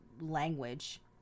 language